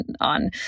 on